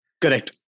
Correct